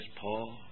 Paul